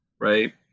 right